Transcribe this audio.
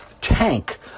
tank